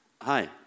Hi